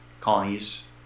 Colonies